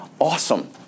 awesome